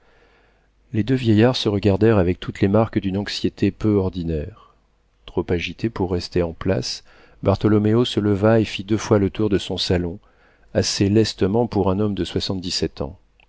les deux vieillards se regardèrent avec toutes les marques d'une anxiété peu ordinaire trop agité pour rester en place bartholoméo se leva et fit deux fois le tour de son salon assez lestement pour un homme de soixante-dix-sept ans